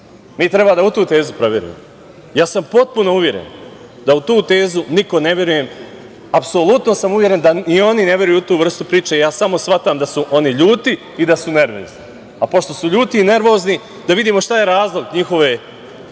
treba da tu tezu proverimo. Potpuno sam uveren da u tu tezu niko ne veruje, apsolutno sam uveren da ni oni ne veruju u tu vrstu priče. Ja samo shvatam da su oni ljuti i da su nervozni, a pošto su ljudi i nervozni da vidimo šta je razlog njihove